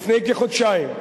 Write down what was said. לפני כחודשיים,